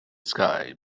sky